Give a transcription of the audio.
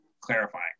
clarifying